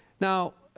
now,